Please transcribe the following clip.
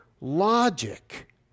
logic